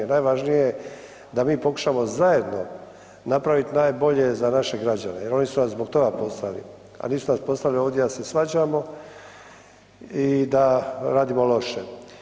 Najvažnije je da mi pokušamo zajedno napravit najbolje za naše građane jer oni su nas zbog toga postavili, a nisu nas postavili ovdje da se svađamo i da radimo loše.